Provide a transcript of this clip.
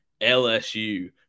LSU